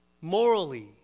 morally